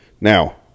Now